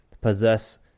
possess